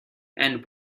and